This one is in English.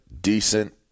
decent